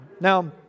Now